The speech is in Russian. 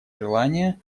желание